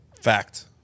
Fact